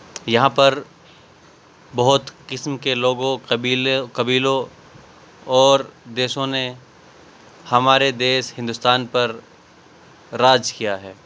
یہاں پر بہت قسم کے لوگوں قبیلے قبیلوں اور دیشوں نے ہمارے دیش ہندوستان پر راج کیا ہے